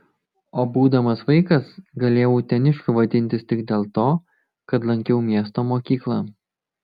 o būdamas vaikas galėjau uteniškiu vadintis tik dėl to kad lankiau miesto mokyklą